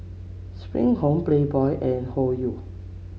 Spring Home Playboy and Hoyu